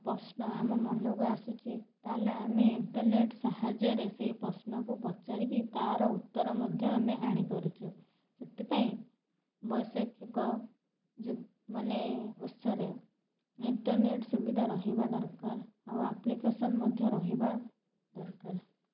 ପ୍ରଶ୍ନ ଆମ ମନକୁ ଆସୁଛି ତା'ହାଲେ ଆମେ ଇଣ୍ଟରନେଟ୍ ସାହାଯ୍ୟରେ ସେଇ ପ୍ରଶ୍ନକୁ ପଚାରିକି ତା'ର ଉତ୍ତର ମଧ୍ୟ ଆମେ ଆଣିପାରୁଛୁ ସେଥିପାଇଁ ବୈଷୟିକ ଯୁଗ ମାନେ ଓଷାରେ ଇଣ୍ଟରନେଟ୍ ସୁବିଧା ରହିବା ଦରକାର ଆଉ ଆପ୍ଲିକେସନ୍ ମଧ୍ୟ ରହିବା ଦରକାର